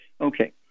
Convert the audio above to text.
Okay